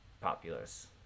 populace